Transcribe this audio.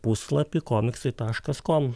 puslapį komiksai taškas kom